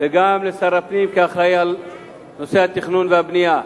וגם לשר הפנים, כאחראי לנושא התכנון והבנייה,